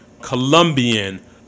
Colombian